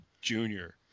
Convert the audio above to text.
junior